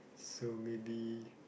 so maybe